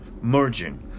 merging